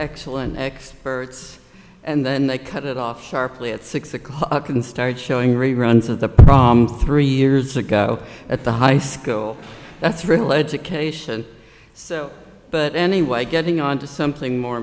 excellent experts and then they cut it off sharply at six o'clock and start showing reruns of the prom three years ago at the high school that's related to cation so but anyway getting on to something more